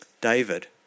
David